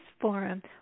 forum